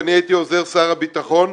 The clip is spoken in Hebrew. ואני הייתי עוזר שר הביטחון.